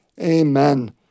Amen